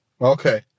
Okay